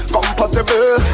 Compatible